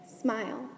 smile